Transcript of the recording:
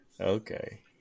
Okay